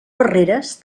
barreres